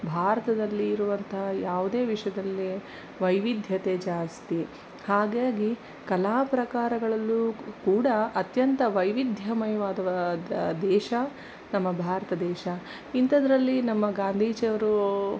ಭಾರತದಲ್ಲಿರುವಂತಹ ಯಾವುದೇ ವಿಷಯದಲ್ಲಿ ವೈವಿಧ್ಯತೆ ಜಾಸ್ತಿ ಹಾಗಾಗಿ ಕಲಾ ಪ್ರಕಾರಗಳಲ್ಲೂ ಕೂಡ ಅತ್ಯಂತ ವೈವಿಧ್ಯಮಯವಾದ ದೇಶ ನಮ್ಮ ಭಾರತ ದೇಶ ಇಂಥದ್ರಲ್ಲಿ ನಮ್ಮ ಗಾಂಧೀಜಿಯವರು